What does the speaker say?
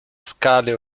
scale